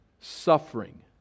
suffering